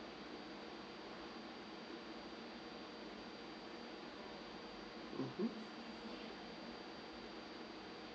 mmhmm